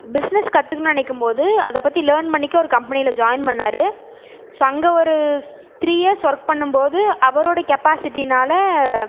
business கற்றுக்கணுன்னு நினைக்கும் போது அதை பற்றி லேர்ன் பண்ணிக்க ஒரு கம்பெனியில் ஜாயின் பண்ணார் ஸோ அங்கே ஒரு த்ரீ இயர்ஸ் ஒர்க் பண்ணும் போது அவரோடய கெப்பாசிட்டினால்